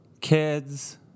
kids